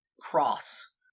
cross